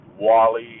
wally